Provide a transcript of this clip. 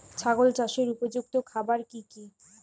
ছাগল চাষের উপযুক্ত খাবার কি কি?